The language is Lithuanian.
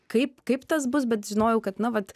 kaip kaip tas bus bet žinojau kad na vat